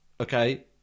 okay